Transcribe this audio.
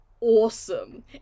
awesome